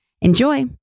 Enjoy